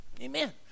Amen